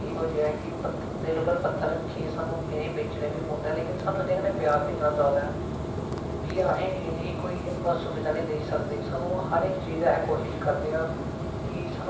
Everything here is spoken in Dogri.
कढाइयां बुनदियां बड़ी शैल शैल स्बेटरां बुनदियां सूटे उप्पर ते ताइयैं एह् साढ़ा सारा जेहड़ा आर्ट एंड कराफट च आंदा ते साढ़ी जेहड़ी